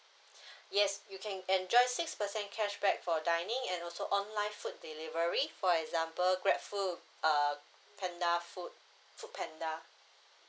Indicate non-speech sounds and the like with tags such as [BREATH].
[BREATH] yes you can enjoy six percent cashback for dining and also online food delivery for example grabfood uh panda food foodpanda